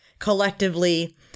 Collectively